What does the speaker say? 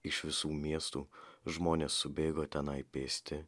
iš visų miestų žmonės subėgo tenai pėsti